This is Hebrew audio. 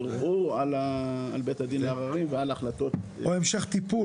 ערעור של בית הדין- -- או המשך טיפול